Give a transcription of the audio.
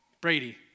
Brady